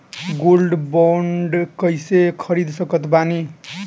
Gold bond कईसे खरीद सकत बानी?